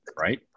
right